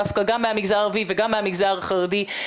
דווקא גם מהמגזר הערבי וגם מהמגזר החרדי,